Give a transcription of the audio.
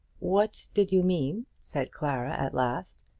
what did you mean, said clara, at last,